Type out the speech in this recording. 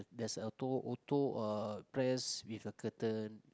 there's auto auto uh press with a curtain